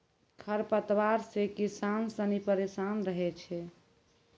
खरपतवार से किसान सनी परेशान रहै छै